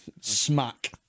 Smack